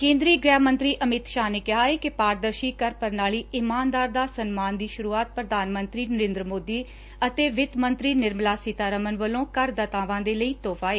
ਕੇਂਦਰੀ ਗੂਹਿ ਮੰਤਰੀ ਅਮਿਤ ਸ਼ਾਹ ਨੇ ਕਿਹਾ ਕਿ ਪਾਰਦਰਸ਼ੀ ਕਰ ਪ੍ਰਣਾਲੀ ਇਮਾਨਦਾਰ ਦਾ ਸਨਮਾਨ ਦੀ ਸੂਰੂਆਤ ਪ੍ਰਧਾਨ ਮੰਤਰੀ ਨਰੇਦਰ ਮੋਦੀ ਅਤੇ ਵਿੱਤ ਮੰਤਰੀ ਨਿਰਮਲਾ ਸੀਤਾਰਮਨ ਵੱਲੋ ਕਰਦਾਤਾਵਾਂ ਦੇ ਲਈ ਤੋਹਫਾ ਏ